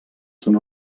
són